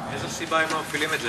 מאיזו סיבה הם לא מפעילים את זה?